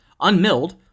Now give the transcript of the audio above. unmilled